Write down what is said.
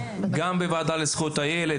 דיונים בוועדה לזכויות הילד,